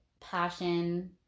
passion